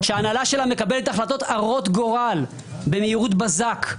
שההנהלה שלה מקבלת החלטות הרות גורל במהירות בזק,